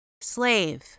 slave